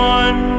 one